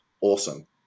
Awesome